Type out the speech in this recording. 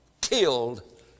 killed